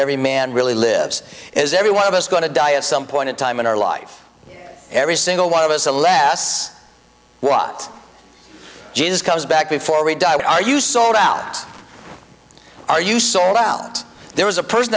every man really lives is every one of us going to die of some point in time in our life every single one of us the last what jesus comes back before we die are you sold out are you sold out there was a person